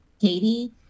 Katie